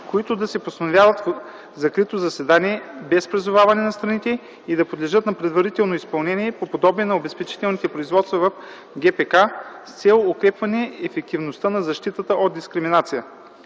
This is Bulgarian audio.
които да се постановяват в закрито заседание, без призоваване на страните и да подлежат на предварително изпълнение по подобие на обезпечителните производства в ГПК, с цел укрепване ефективността на защитата от дискриминация.